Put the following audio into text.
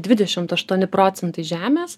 dvidešimt aštuoni procentai žemės